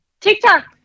tiktok